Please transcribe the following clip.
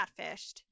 catfished